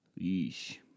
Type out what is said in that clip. Yeesh